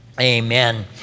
Amen